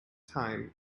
time